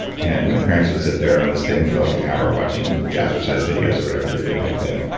and my parents would sit there on this thing for like an hour watching jazzercise videos or whatever they did back then.